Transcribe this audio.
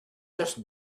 just